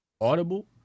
Audible